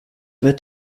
wird